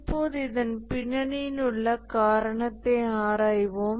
இப்போது இதன் பின்னணியில் உள்ள காரணத்தை ஆராய்வோம்